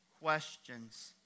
questions